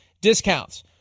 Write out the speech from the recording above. discounts